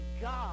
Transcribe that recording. God